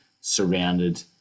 surrounded